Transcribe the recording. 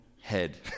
head